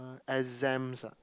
uh exams ah